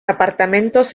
apartamentos